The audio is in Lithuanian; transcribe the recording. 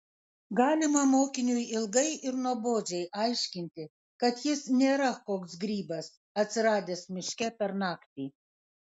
galima mokiniui ilgai ir nuobodžiai aiškinti kad jis nėra koks grybas atsiradęs miške per naktį